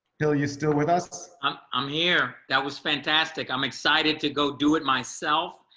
hill you're still with us? i'm i'm here. that was fantastic. i'm excited to go do it myself.